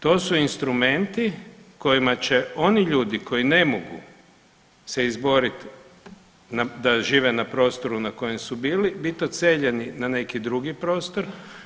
To su instrumenti kojima će oni ljudi koji ne mogu se izboriti da žive na prostoru na kojem su bili, bit odseljeni na neki drugi prostor.